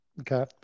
Okay